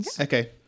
Okay